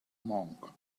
monk